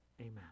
Amen